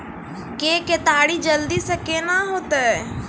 के केताड़ी जल्दी से के ना होते?